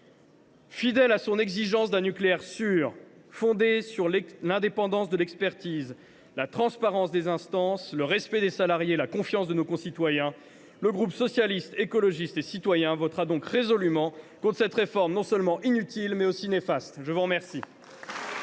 Fidèle à son exigence d’un nucléaire sûr, fondé sur l’indépendance de l’expertise, la transparence des instances, le respect des salariés et la confiance de nos concitoyens, le groupe Socialiste, Écologiste et Républicain votera donc résolument contre cette réforme, non seulement inutile, mais aussi néfaste ! Mes chers